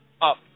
up